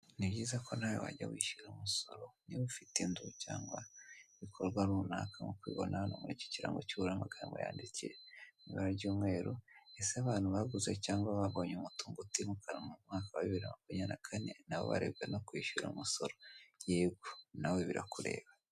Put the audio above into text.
Ni byiza ko nawe wajya wishyura umusoro niba ufite inzu cyangwa ibikorwa runaka nk'uko ubibona muri iki kirango cy'ubururu, amagambo yanditse mu ibara ryumweru, Ese abantu baguze cyangwa baguranye moto ngo tebuka mu mwaka wa bibiri na makumyariri na kane na bo barebwa no kwishyura umusoro? Yego, nawe birakureba!